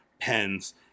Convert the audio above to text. pens